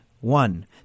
one